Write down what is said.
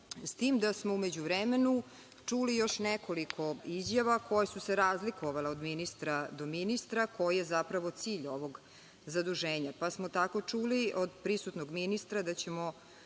S tim da smo u međuvremenu čuli još nekoliko izjava koje su se razlikovale od ministra do ministra - koji je zapravo cilj ovog zaduženja, pa smo tako čuli od prisutnog ministra da ćemo